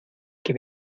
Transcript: que